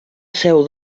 seu